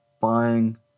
buying